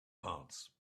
parts